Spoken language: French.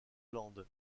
land